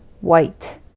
white